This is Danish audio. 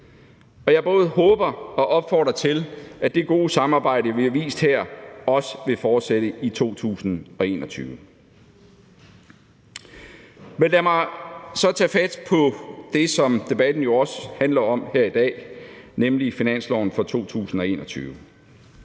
Jeg både håber og opfordrer til, at det gode samarbejde, vi har vist her, også vil fortsætte i 2021. Kl. 15:58 Men lad mig så tage fat på det, som debatten jo også handler om her i dag, nemlig finansloven for 2021.